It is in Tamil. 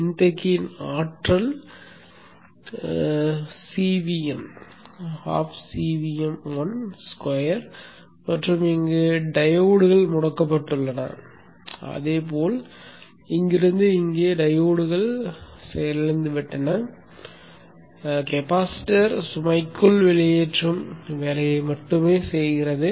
மின்தேக்கியின் ஆற்றல் அரை CVm1 ஸ்கொயர் மற்றும் இங்கு டையோட்கள் முடக்கப்பட்டுள்ளன அதேபோல் இங்கிருந்து இங்கே டையோட்கள் செயலிழந்துவிட்டன கெபாசிட்டர் சுமைக்குள் வெளியேற்றும் வேலையை மட்டுமே செய்கிறது